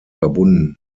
verbunden